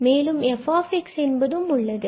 மேலும் f என்பதும் உள்ளது